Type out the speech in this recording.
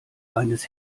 eines